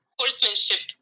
horsemanship